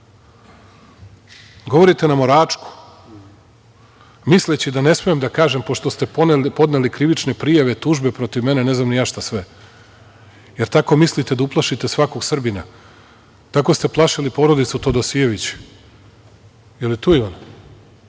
nas? Govorite nam o Račku, misleći da ne smem da kažem, pošto ste podneli krivične prijave, tužbe protiv mene, ne znam ni ja šta sve, jer tako mislite da uplašite svakog Srbina? Tako ste plašili porodicu Todosijević. Da li je tu Ivan?